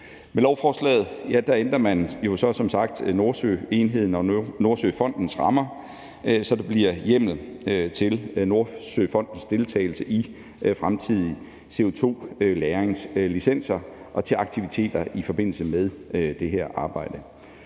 Med lovforslaget ændrer man som sagt Nordsøenheden og Nordsøfondens rammer, så der bliver hjemmel til Nordsøfondens deltagelse i fremtidige CO2-lagringslicenser og til aktiviteter i forbindelse med det her arbejde.